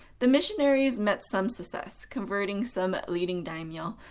the missionaries met some success, converting some leading daimyo,